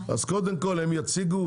קודם הם יציגו,